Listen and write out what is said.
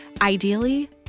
Ideally